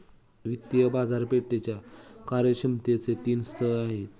वित्तीय बाजारपेठेच्या कार्यक्षमतेचे तीन स्तर आहेत